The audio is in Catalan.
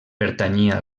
pertanyia